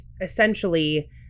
essentially